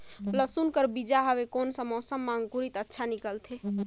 लसुन कर बीजा हवे कोन सा मौसम मां अंकुर अच्छा निकलथे?